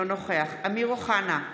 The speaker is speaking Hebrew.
אינו נוכח אמיר אוחנה,